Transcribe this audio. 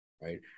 right